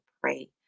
pray